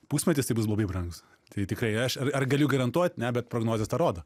pusmetis tai bus labai brangus tai tikrai aš ar galiu garantuot ne bet prognozės tą rodo